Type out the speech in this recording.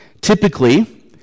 Typically